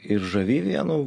ir žavi vienu